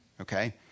Okay